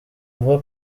bavuka